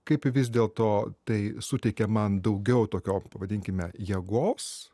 kaip vis dėlto tai suteikia man daugiau tokio pavadinkime jėgos